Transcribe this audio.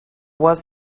was